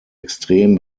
extrem